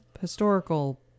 historical